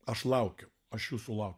aš laukiau aš jūsų lau